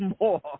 more